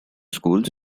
schools